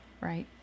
Right